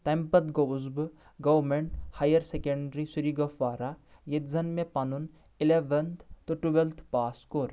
تمہِ پتہٕ گوٚوُس بہٕ government higher secondary Sri Gufwara ییٚتہِ زن مےٚ پنُن الیونتھ تہٕ ٹُویلتھ پاس کوٚر